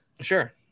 Sure